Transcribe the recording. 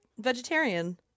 vegetarian